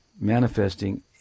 manifesting